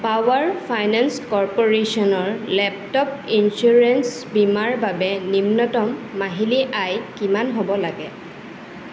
power finance কৰ্পৰেশ্যনৰ laptop insurance বীমাৰ বাবে নিম্নতম মাহিলী আয় কিমান হ'ব লাগে